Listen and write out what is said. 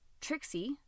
Trixie